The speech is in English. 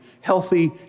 healthy